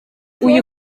uyu